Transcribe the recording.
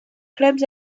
clubs